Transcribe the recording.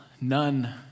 None